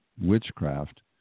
witchcraft